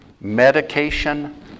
medication